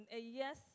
yes